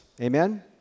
Amen